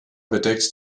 bedeckt